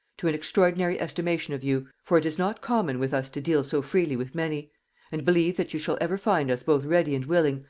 to an extraordinary estimation of you, for it is not common with us to deal so freely with many and believe that you shall ever find us both ready and willing,